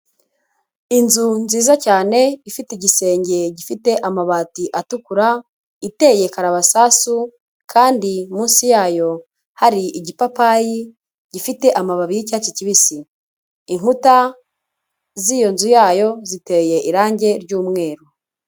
Inzu nziza cyane ifite igisenge gifite amabati atukura, iteye karamasasu kandi munsi yayo hari igipapayi gifite amababi y'icyatsi kibisi. Inkuta z'iyo nzu yayo ziteye irange ry'umweru.